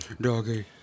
Doggy